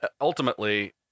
Ultimately